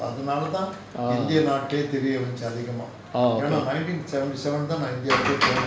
ah orh okay